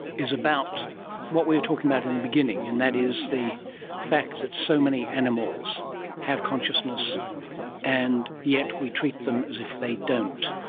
is about what we were talking about in the beginning and that is the fact that so many animals have consciousness and yet we treat them as if they don't.